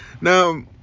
Now